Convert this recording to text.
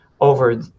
over